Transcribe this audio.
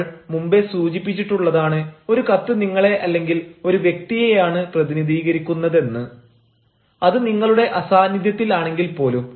നമ്മൾ മുമ്പേ സൂചിപ്പിച്ചിട്ടുള്ളതാണ് ഒരു കത്ത് നിങ്ങളെ അല്ലെങ്കിൽ ഒരു വ്യക്തിയെയാണ് പ്രതിനിധീകരിക്കുന്നതെന്നത് അത് നിങ്ങളുടെ അസാന്നിധ്യത്തിൽ ആണെങ്കിൽപോലും